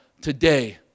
today